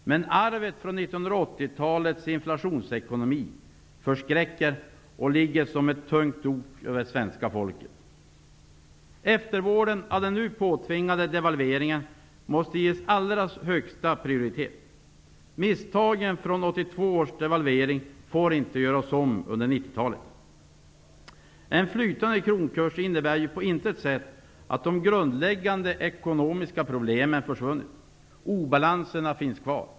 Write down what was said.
Men arvet från 1980-talets inflationsekonomi förskräcker och ligger som ett tungt ok över svenska folket. Eftervården av den påtvingade devalveringen måste nu ges allra högsta prioritet. Misstagen från 1982 års devalvering får inte göras om under 1990 En flytande kronkurs innebär på intet sätt att de grundläggande problemen i den svenska ekonomin försvunnit. Obalanserna finns kvar.